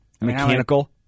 mechanical